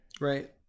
right